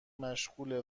مشغوله